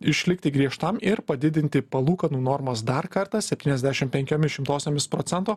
išlikti griežtam ir padidinti palūkanų normas dar kartą septyniasdešim penkiomis šimtosiomis procento